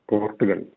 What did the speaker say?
Portugal